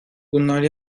bunlar